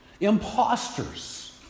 imposters